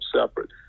separate